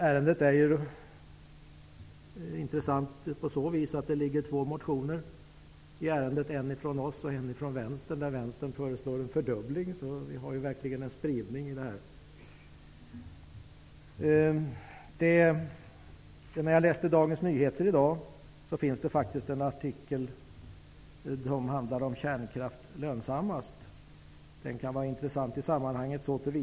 Ärendet är intressant på så sätt att två motioner har väckts, en från Ny demokrati och en från Vänstern. Vänstern föreslår en fördubbling. Det finns verkligen en spridning. I Dagens Nyheter i dag finns det en artikel om kärnkraft och lönsamhet. Den kan vara intressant i sammanhanget.